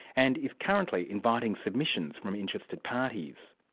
and is currently inviting submissions from interested parties.